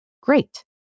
great